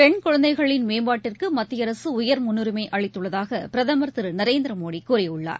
பெண்குழந்தைகளின் மேம்பாட்டிற்கு மத்தியஅரசு உயர் முன்னுரிமை அளித்துள்ளதாக பிரதமர் திரு நரேந்திரமோடி கூறியுள்ளார்